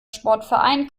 sportverein